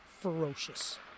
ferocious